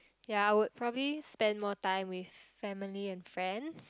yea I would probably spend more time with family and friends